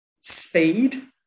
speed